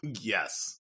Yes